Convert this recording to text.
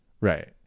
right